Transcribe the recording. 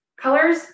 colors